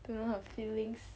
don't know her feelings